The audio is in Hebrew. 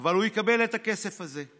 אבל הוא יקבל את הכסף הזה.